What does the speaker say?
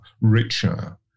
richer